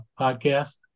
podcast